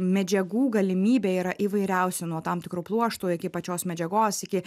medžiagų galimybė yra įvairiausių nuo tam tikrų pluoštų iki pačios medžiagos iki